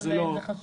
לא אבל זה חשוב,